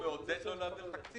אתה מעודד לא להעביר תקציב.